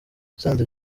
musanze